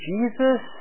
Jesus